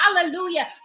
hallelujah